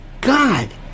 God